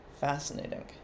Fascinating